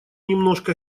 немножко